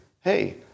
Hey